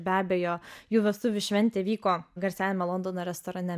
be abejo jų vestuvių šventė vyko garsiajame londono restorane